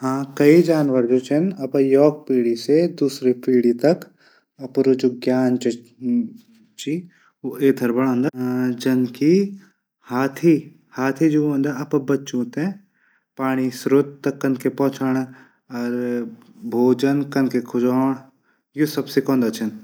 कई जानवर जू छन आपडू ज्ञान योक पीढी से दूशरू पीढी ऐथर बढांदन। जनकी हाथी। हाथी जू हूंद अपड बच्चों थै पाणी श्रोत तक कनखै पहुचाण अर भोजन कनके खुज्यांण यू सब सिखांद छन।